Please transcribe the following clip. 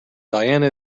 diana